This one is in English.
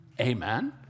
Amen